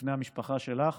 בפני המשפחה שלך,